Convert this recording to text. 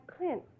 Clint